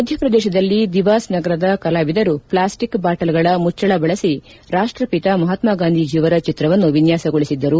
ಮಧ್ಯಪ್ರದೇಶದಲ್ಲಿ ದಿವಾಸ್ ನಗರದ ಕಲಾವಿದರು ಪ್ಲಾಸ್ಟಿಕ್ ಬಾಟಲ್ಗಳ ಮುಜ್ವಳ ಬಳಸಿ ರಾಷ್ಟಪಿತ ಮಹಾತ್ನ ಗಾಂಧಿಯವರ ಚಿತ್ರವನ್ನು ವಿನ್ಯಾಸಗೊಳಿಸಿದ್ದರು